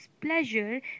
pleasure